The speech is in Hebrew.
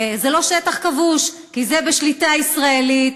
וזה לא שטח כבוש, כי זה בשליטה ישראלית.